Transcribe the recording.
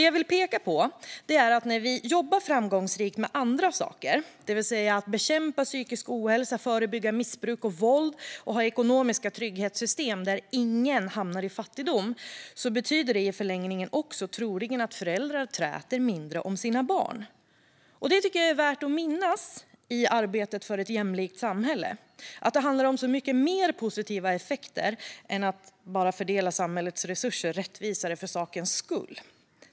Jag vill peka på följande: När vi jobbar framgångsrikt med andra saker, till exempel bekämpar psykisk ohälsa, förebygger missbruk och våld och ser till att vi har ekonomiska trygghetssystem där ingen hamnar i fattigdom, betyder det i förlängningen att föräldrar troligen träter mindre om sina barn. Jag tycker att det är värt att minnas i arbetet för ett jämlikt samhälle - att det handlar om så många fler positiva effekter än att samhällets resurser fördelas rättvisare bara för sakens skull.